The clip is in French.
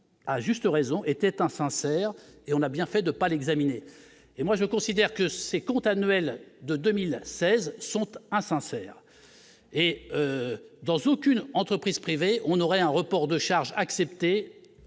à juste raison était insincère et on a bien fait de pas l'examiner et moi je considère que ses comptes annuels de 2016 sont eux insincère sincère et dans aucune entreprise privée, on aurait un report de charges accepté